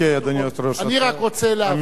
תמיד הפגנת,